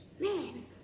Man